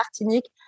Martinique